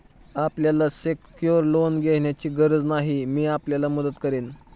आपल्याला secured loan घेण्याची गरज नाही, मी आपल्याला मदत करेन